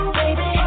baby